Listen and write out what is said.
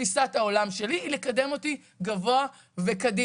תפיסת העולם שלי היא לקדם אותי גבוה וקדימה,